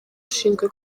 ushinzwe